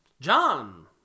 John